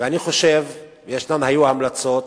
ואני חושב, היו כאן המלצות